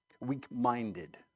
Weak-minded